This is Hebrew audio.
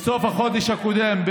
בסוף החודש הקודם,